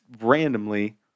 randomly